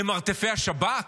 רחמנא ליצלן, למרתפי השב"כ,